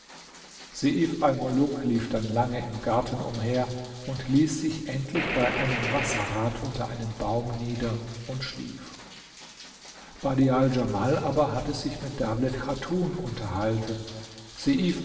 lief dann lange im garten umher und ließ sich endlich bei einem wasserrad unter einem baum nieder und schlief badial djamal aber hatte sich mit dawlet chatun unterhalten seif